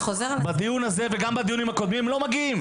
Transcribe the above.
בדיון הזה וגם בדיונים הקודמים לא מגיעים,